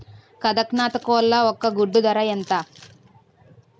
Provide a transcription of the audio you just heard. కదక్నత్ కోళ్ల ఒక గుడ్డు ధర ఎంత?